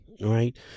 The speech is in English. right